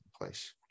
place